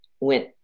went